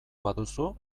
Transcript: baduzu